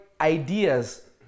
ideas